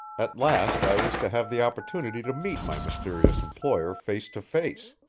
at last i was to have the opportunity to meet my mysterious employer face to face.